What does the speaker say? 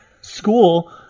school